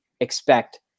expect